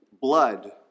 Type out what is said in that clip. blood